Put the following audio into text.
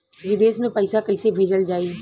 विदेश में पईसा कैसे भेजल जाई?